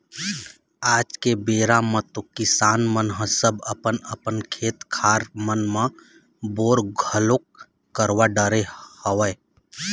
आज के बेरा म तो किसान मन ह सब अपन अपन खेत खार मन म बोर घलोक करवा डरे हवय